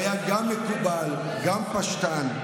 גם מקובל, גם פשטן,